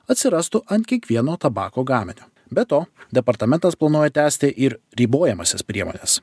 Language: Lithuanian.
atsirastų ant kiekvieno tabako gaminio be to departamentas planuoja tęsti ir ribojamąsias priemones